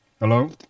Hello